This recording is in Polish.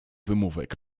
wymówek